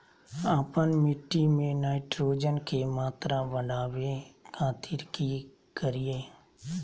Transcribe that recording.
आपन मिट्टी में नाइट्रोजन के मात्रा बढ़ावे खातिर की करिय?